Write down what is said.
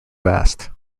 vast